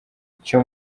cyo